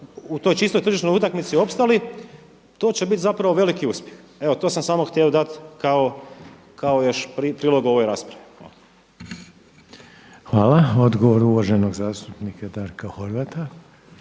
u toj čistoj tržišnoj utakmici opstali to će biti zapravo veliki uspjeh. Evo to sam samo htio dati kao još prilog ovoj raspravi. Hvala. **Reiner, Željko (HDZ)** Hvala lijepa. Odgovor uvaženog zastupnika Darka Horvata.